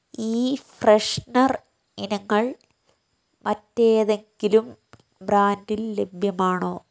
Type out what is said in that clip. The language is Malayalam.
ഈ ഫ്രെഷ്നർ ഇനങ്ങൾ മറ്റേതെങ്കിലും ബ്രാൻഡിൽ ലഭ്യമാണോ